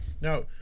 now